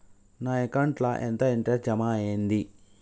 నా అకౌంట్ ల ఎంత ఇంట్రెస్ట్ జమ అయ్యింది?